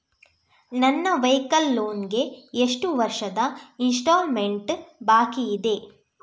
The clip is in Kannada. ನನ್ನ ವೈಕಲ್ ಲೋನ್ ಗೆ ಎಷ್ಟು ವರ್ಷದ ಇನ್ಸ್ಟಾಲ್ಮೆಂಟ್ ಬಾಕಿ ಇದೆ?